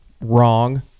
wrong